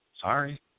Sorry